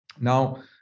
Now